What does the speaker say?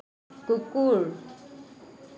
কুকুৰ